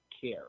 care